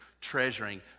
treasuring